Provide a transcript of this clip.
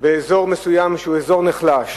באזור מסוים שהוא אזור נחלש,